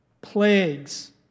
plagues